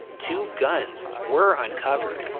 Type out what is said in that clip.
two guns were uncovered,